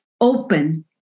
open